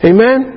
Amen